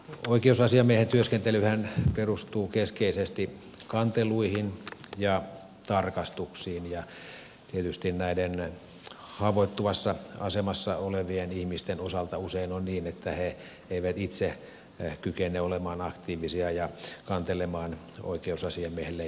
oikeusasiamiehen työskentelyhän perustuu keskeisesti kanteluihin ja tarkastuksiin ja tietysti näiden haavoittuvassa asemassa olevien ihmisten osalta usein on niin että he eivät itse kykene olemaan aktiivisia ja kantelemaan oikeusasiamiehelle